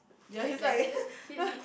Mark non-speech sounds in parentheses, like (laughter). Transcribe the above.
ya he's like (laughs)